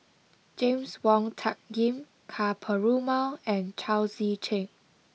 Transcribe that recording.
James Wong Tuck Yim Ka Perumal and Chao Tzee Cheng